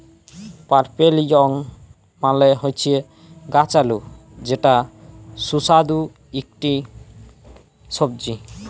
purple yam মালে হচ্যে গাছ আলু যেটা সুস্বাদু ইকটি সবজি